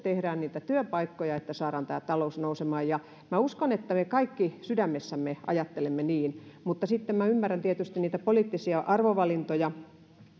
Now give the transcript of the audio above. teemme niitä työpaikkoja että saamme tämän talouden nousemaan minä uskon että me kaikki sydämessämme ajattelemme niin minä ymmärrän tietysti niitä poliittisia arvovalintoja